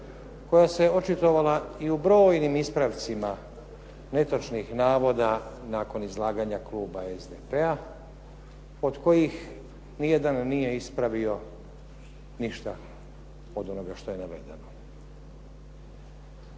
koja se očitovala i u brojnim ispravcima netočnih navoda nakon kluba SDP-a od kojih nijedan nije ispravio od onoga što je navedeno.